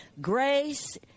Grace